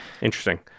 Interesting